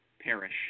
perish